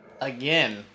Again